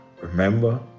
Remember